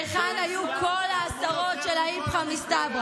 היכן היו כל ההסתרות של האיפכא מסתברא,